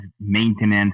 maintenance